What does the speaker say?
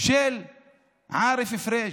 של עארף פריג'